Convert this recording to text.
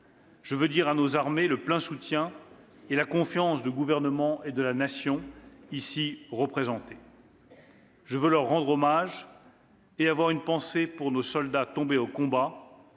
Je veux dire à nos armées le plein soutien et la confiance du Gouvernement et de la Nation ici représentée. Je leur rends hommage. J'ai une pensée pour nos soldats tombés au combat,